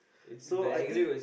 so I think